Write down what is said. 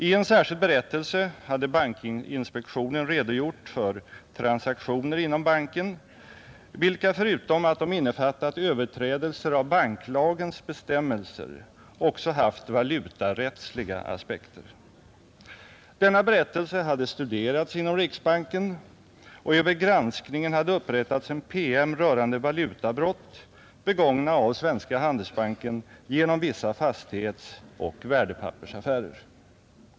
I en särskild berättelse hade bankinspektionen redogjort för transaktioner inom banken, vilka förutom att de innefattat överträdelser av banklagens bestämmelser också haft valutarättsliga aspekter. Denna berättelse hade studerats inom riksbanken, och över granskningen hade upprättats en PM rörande valutabrott begångna av Svenska handelsbanken genom vissa fastighetsoch värdepappersaffärer.